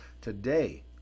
Today